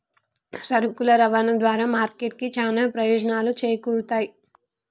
సరుకుల రవాణా ద్వారా మార్కెట్ కి చానా ప్రయోజనాలు చేకూరుతయ్